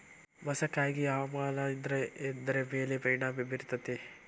ಮಸಕಾಗಿ ಹವಾಮಾನ ಇದ್ರ ಎದ್ರ ಮೇಲೆ ಪರಿಣಾಮ ಬಿರತೇತಿ?